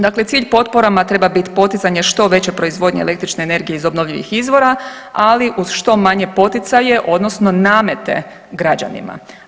Dakle, cilj potporama treba biti poticanje što veće proizvodnje električne energije iz obnovljivih izvora, ali uz što manje poticaje odnosno namete građanima.